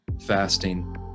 fasting